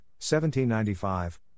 1795